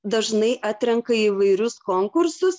dažnai atrenka į įvairius konkursus